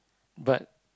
but